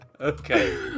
Okay